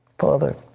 father,